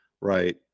right